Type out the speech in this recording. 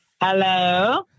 Hello